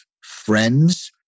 friends